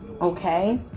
okay